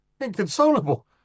Inconsolable